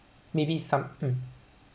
maybe some~ um